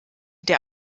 der